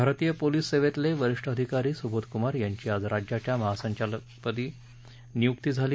भारतीय पोलीस सेवेतले वरीष्ठ अधिकारी सुबोध कुमार यांची आज राज्याच्या महासंचालकपदी नियुक्ती झाली